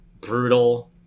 brutal